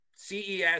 CES